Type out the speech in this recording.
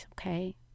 okay